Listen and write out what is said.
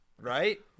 Right